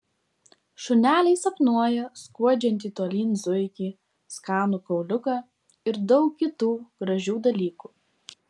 šuneliai sapnuoja skuodžiantį tolyn zuikį skanų kauliuką ir daug kitų gražių dalykų